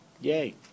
Yay